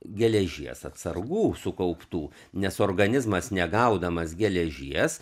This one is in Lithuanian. geležies atsargų sukauptų nes organizmas negaudamas geležies